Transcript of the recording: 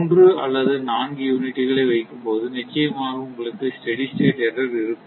மூன்று அல்லது நான்கு யூனிட்டுகளை வைக்கும்போது நிச்சயமாக உங்களுக்கு ஸ்டெடி ஸ்டேட் எர்ரர் இருக்கும்